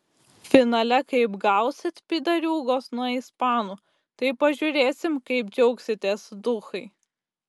finale kaip gausit pydariūgos nuo ispanų tai pažiūrėsim kaip džiaugsitės duchai